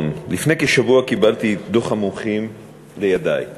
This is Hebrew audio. ועדת